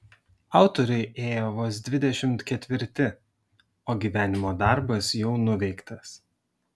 autoriui ėjo vos dvidešimt ketvirti o gyvenimo darbas jau nuveiktas